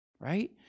Right